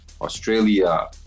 Australia